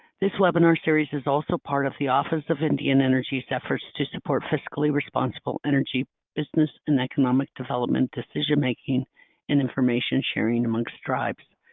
this webinar series is also part of the office of indian energy's efforts to support fiscally responsible energy business and economic development decision making and information sharing amongst tribes.